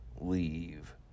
leave